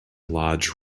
lodge